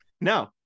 No